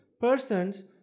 persons